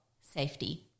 safety